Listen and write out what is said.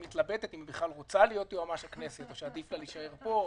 היא מתלבטת אם היא רוצה להיות יועמ"ש הכנסת או עדיף לה להישאר פה.